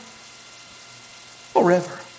Forever